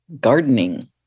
gardening